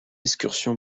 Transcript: excursion